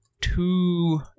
two